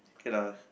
K lah